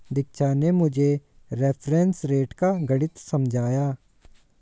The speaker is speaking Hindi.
दीक्षा ने मुझे रेफरेंस रेट का गणित समझाया